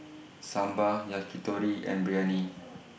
Sambar Yakitori and Biryani